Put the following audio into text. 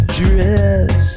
dress